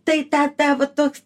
tai tą tą va toks